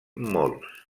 molts